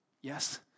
Yes